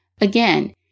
Again